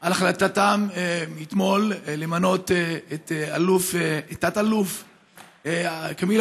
על החלטתם אתמול למנות לאלוף את תא"ל כמיל